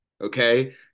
Okay